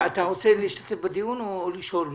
אתה רוצה להשתתף בדיון או לשאול משהו?